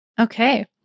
Okay